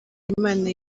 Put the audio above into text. imana